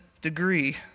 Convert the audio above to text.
degree